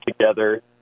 together